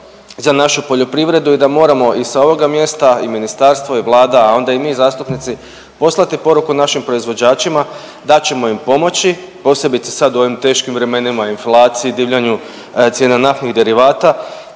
za našu poljoprivredu i da moramo i sa ovoga mjesta i ministarstvo i Vlada, a onda i mi zastupnici poslati poruku našim proizvođačima da ćemo im pomoći, posebice sad u ovim teškim vremenima inflacije, divljanju cijena naftnih derivata,